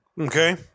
Okay